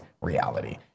reality